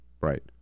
Right